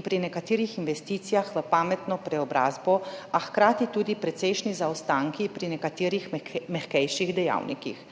in pri nekaterih investicijah v pametno preobrazbo, a hkrati tudi precejšnji zaostanki pri nekaterih mehkejših dejavnikih,